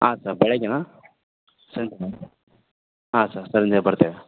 ಹಾಂ ಸರ್ ಬೆಳಗ್ಗೇನಾ ಸಂಜೆನಾ ಹಾಂ ಸರ್ ಸಂಜೆ ಬರ್ತೇವೆ